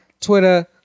Twitter